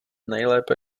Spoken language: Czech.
nejlépe